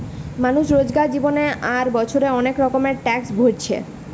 মানুষ রোজকার জীবনে আর বছরে অনেক রকমের ট্যাক্স ভোরছে